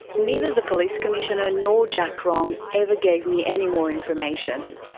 neither the police commissioner nor jack rong ever gave me any more information.